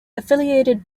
affiliated